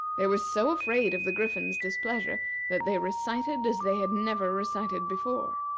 they were so afraid of the griffin's displeasure that they recited as they had never recited before.